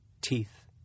teeth